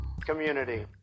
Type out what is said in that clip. community